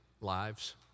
lives